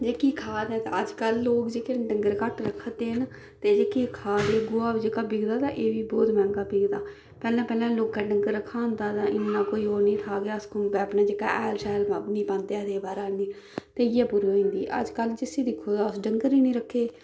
ते जेह्की खाद ऐ ते अजकल लोक जेह्के तां डंगर घट्ट रक्खा दे न ते जेह्की खाद ते एह् गोहा जेह्का बिकदा तां ते एह्बी बहुत मैंह्गा बिकदा कन्नै कन्नै लोकें डंगर रक्खे दा होंदा ते इन्ना कोई ओह् निं कि अस खुंबै जेह्का अपने हैल शैल कक्ख निं पांदे ऐहे एह् बाह्रा आह्नियै ते इ'यै पूरी होई जंदी अजकल जिसी दिक्खो तां डंगर ई निं रक्खे दे